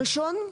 הראשון,